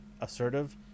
assertive